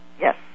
Yes